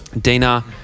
Dina